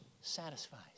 satisfies